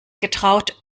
getraut